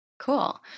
Cool